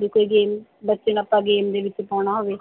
ਵੀ ਕੋਈ ਗੇਮ ਬੱਚੇ ਨੂੰ ਆਪਾਂ ਗੇਮ ਦੇ ਵਿੱਚ ਪਾਉਣਾ ਹੋਵੇ